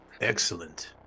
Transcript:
Excellent